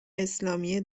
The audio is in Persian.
اسلامی